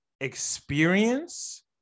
experience